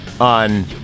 on